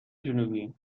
جنوبی